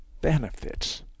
benefits